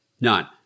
None